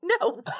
No